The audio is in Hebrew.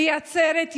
מייצרת,